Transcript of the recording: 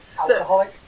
Alcoholic